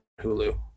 Hulu